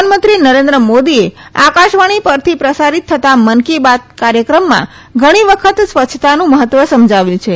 પ્રધાનમંત્રી નરેન્દ્રમોદીએ આકાશવાણી પરથી પ્રસારીત થતા મન કી બાતના કાર્યક્રમમાં ઘણી વખત સ્વચ્છતાનું મહત્વ સમજાવ્યું છે